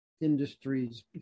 industries